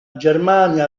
germania